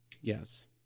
Yes